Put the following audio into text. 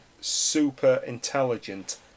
super-intelligent